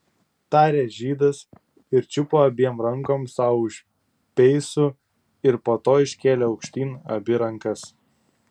tarė žydas ir čiupo abiem rankom sau už peisų ir po to iškėlė aukštyn abi rankas